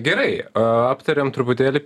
gerai aptarėm truputėlį